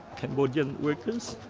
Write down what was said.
cambodian workers